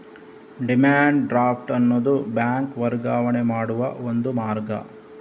demand draft ಅನ್ನುದು bank ವರ್ಗಾವಣೆ ಮಾಡುವ ಒಂದು ಮಾರ್ಗ